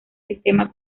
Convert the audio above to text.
sistema